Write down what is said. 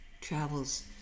travels